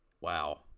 Wow